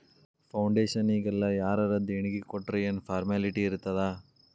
ಫೌಡೇಷನ್ನಿಗೆಲ್ಲಾ ಯಾರರ ದೆಣಿಗಿ ಕೊಟ್ರ್ ಯೆನ್ ಫಾರ್ಮ್ಯಾಲಿಟಿ ಇರ್ತಾದ?